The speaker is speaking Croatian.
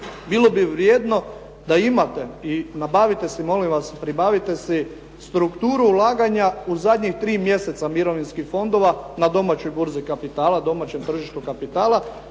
bilo bi vrijedno da imate i nabavite si molim vas, pribavite si strukturu ulaganja u zadnjih 3 mjeseca mirovinskih fondova na domaćoj burzi kapitala, domaćem tržištu kapitala,